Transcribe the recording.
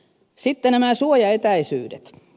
sitten nämä suojaetäisyydet